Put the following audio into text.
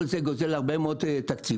כל אלה גוזלים הרבה מאוד תקציבים.